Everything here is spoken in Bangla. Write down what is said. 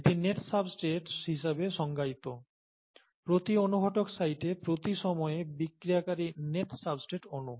এটি নেট সাবস্ট্রেট হিসাবে সংজ্ঞায়িত প্রতি অনুঘটক সাইটে প্রতি সময়ে বিক্রিয়াকারী নেট সাবস্ট্রেট অনু